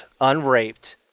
Unraped